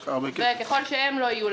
וככל שהם לא יהיו.